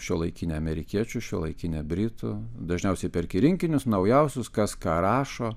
šiuolaikinė amerikiečių šiuolaikinė britų dažniausiai perki rinkinius naujausius kas ką rašo